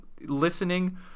listening